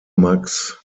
max